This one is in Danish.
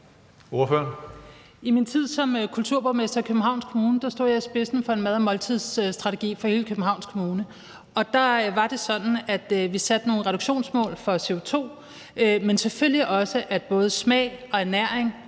I min tid som kulturborgmester i Københavns Kommune stod jeg i spidsen for en mad- og måltidsstrategi for hele Københavns Kommune, og der var det sådan, at vi satte nogle reduktionsmål for CO2-udledninger, men selvfølgelig også sådan, at både krav til smag og ernæring